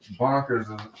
bonkers